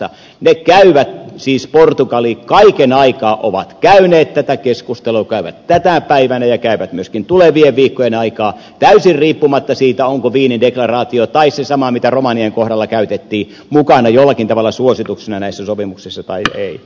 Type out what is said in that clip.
he käyvät siis portugali käy tätä keskustelua kaiken aikaa ovat käyneet käyvät tänä päivänä ja käyvät myöskin tulevien viikkojen aikaan täysin riippumatta siitä onko wienin deklaraatio tai se sama mitä romanian kohdalla käytettiin mukana jollakin tavalla suosituksena näissä sopimuksissa vai ei